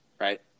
right